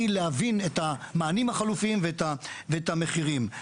להבין את המענים החלופיים ואת המחירים.